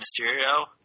Mysterio